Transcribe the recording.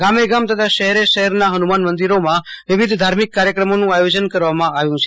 ગામે ગામ તથા શ હેરે શહેરના હનમાન મંદિરોમાં વિવિધ ધાર્મિક કાર્યક્રમોનું આયોજન કરવામાં આવ્યું છે